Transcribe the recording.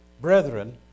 Brethren